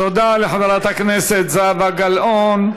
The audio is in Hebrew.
תודה לחברת הכנסת זהבה גלאון.